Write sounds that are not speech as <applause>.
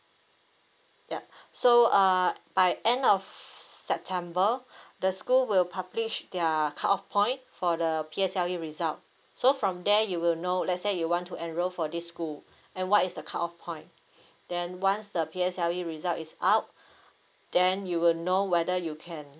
yup so uh by end of september <breath> the school will publish their cut off point for the P_S_L_E result so from there you will know let say you want to enroll for this school and what is the cut off point <breath> then once the P_S_L_E result is out <breath> then you will know whether you can